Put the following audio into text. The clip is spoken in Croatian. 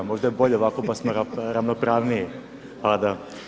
Možda je bolje ovako, pa smo ravnopravniji, pa da.